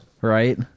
right